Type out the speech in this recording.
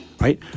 Right